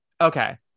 Okay